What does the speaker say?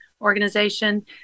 organization